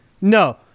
No